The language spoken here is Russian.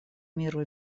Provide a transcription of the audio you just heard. миру